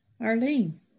Arlene